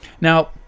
Now